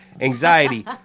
anxiety